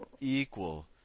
equal